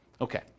Okay